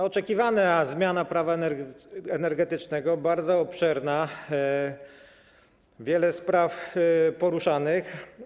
To oczekiwana zmiana Prawa energetycznego, bardzo obszerna, wiele spraw poruszanych.